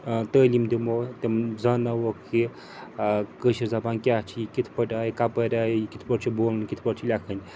تٲلیٖم دِمو تِم زانٛناووکھ یہِ کٲشٕر زَبان کیٛاہ چھِ یہِ کِتھ پٲٹھۍ آیہِ کَپٲرۍ آیہِ یا یہِ کِتھ پٲٹھۍ چھِ بولُن یہِ کِتھ پٲٹھۍ چھِ لٮ۪کھٕنۍ